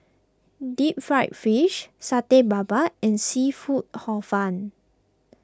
Deep Fried Fish Satay Babat and Seafood Hor Fun